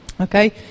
Okay